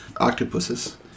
octopuses